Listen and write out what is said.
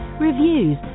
reviews